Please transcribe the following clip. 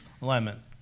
lemon